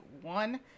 one